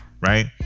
right